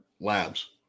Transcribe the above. labs